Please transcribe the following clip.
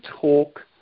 talk